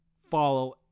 follow